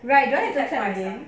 ya right now I kind of doing